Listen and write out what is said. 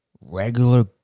Regular